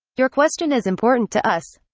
your question is important to us.